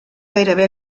gairebé